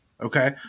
okay